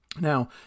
Now